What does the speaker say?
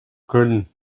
können